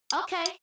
okay